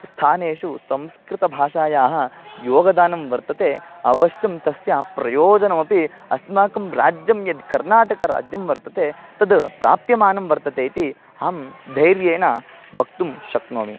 स्थानेषु संस्कृतभाषायाः योगदानं वर्तते अवश्यं तस्य प्रयोजनमपि अस्माकं राज्यं यत् कर्नाटकराज्यं वर्तते तत् प्राप्यमानं वर्तते इति अहं धैर्येण वक्तुं शक्नोमि